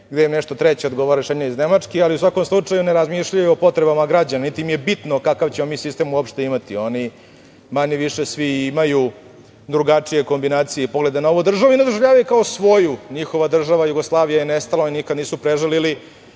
gde im nešto treće odgovara, rešenje iz Nemačke, ali u svakom slučaju, ne razmišljaju o potrebama građana, niti im je bitno kakav ćemo mi sistem uopšte imati. Oni, manje više svi imaju drugačije kombinacije i poglede na ovu državu i ne doživljavaju je kao svoju. Njihova država Jugoslavija je nestala, oni je nikad nisu prežalili